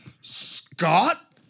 Scott